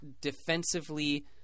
defensively